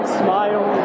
smile